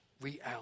reality